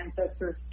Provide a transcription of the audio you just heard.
ancestors